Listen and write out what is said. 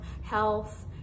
health